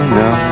no